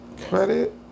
Credit